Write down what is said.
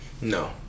No